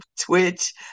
twitch